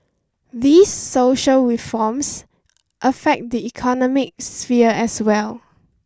these social reforms affect the economic sphere as well